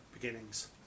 beginnings